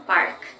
Park